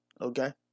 Okay